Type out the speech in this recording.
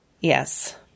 Yes